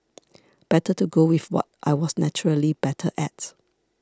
better to go with what I was naturally better at